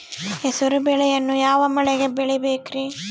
ಹೆಸರುಬೇಳೆಯನ್ನು ಯಾವ ಮಳೆಗೆ ಬೆಳಿಬೇಕ್ರಿ?